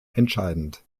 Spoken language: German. entscheidend